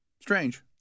Strange